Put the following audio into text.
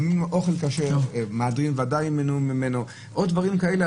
אוכל כשר למהדרין ודאי ימנעו ממנו ועוד דברים כאלה.